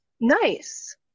Nice